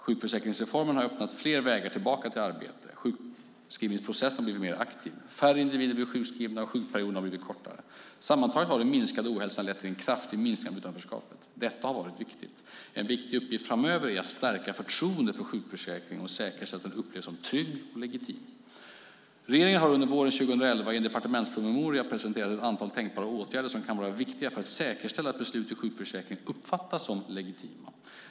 Sjukförsäkringsreformen har öppnat fler vägar tillbaka till arbete. Sjukskrivningsprocessen har blivit mer aktiv. Färre individer blir sjukskrivna, och sjukperioderna har blivit kortare. Sammantaget har den minskade ohälsan lett till en kraftig minskning av utanförskapet. Detta har varit viktigt. En viktig uppgift framöver är att stärka förtroendet för sjukförsäkringen och säkerställa att den upplevs som trygg och legitim. Regeringen har under våren 2011 i en departementspromemoria presenterat ett antal tänkbara åtgärder som kan vara viktiga för att säkerställa att beslut i sjukförsäkringen uppfattas som legitima.